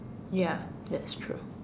ya that's true